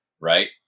right